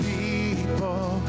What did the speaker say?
people